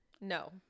no